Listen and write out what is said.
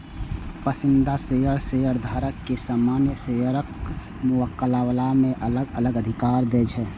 पसंदीदा शेयर शेयरधारक कें सामान्य शेयरक मुकाबला मे अलग अलग अधिकार दै छै